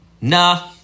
nah